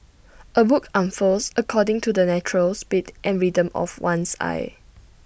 A book unfurls according to the natural speed and rhythm of one's eye